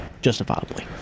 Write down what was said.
Justifiably